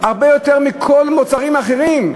מחירי הפירות והירקות עלו בהרבה יותר מאשר כל המוצרים האחרים,